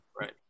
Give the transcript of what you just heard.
Right